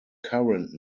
current